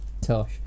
Tosh